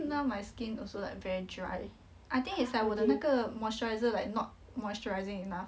now my skin also like very dry I think it's like 我的那个 moisturiser like not moisturizing enough